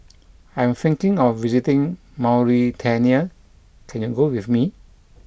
I am thinking of visiting Mauritania can you go with me